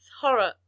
horror